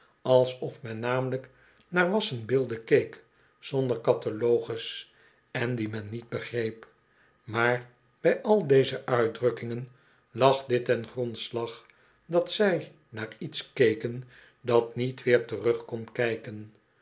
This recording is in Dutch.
alsof men namelijk naar wassen beelden keek zonder catalogus en die men niet begreep maar bij al deze uitdrukkingen lag dit ten grondslag dat zij naar iets keken dat niet weer terug k